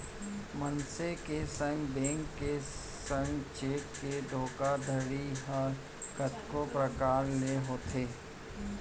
मनसे के संग, बेंक के संग चेक के धोखाघड़ी ह कतको परकार ले होथे